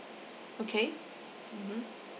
okay mmhmm